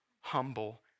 humble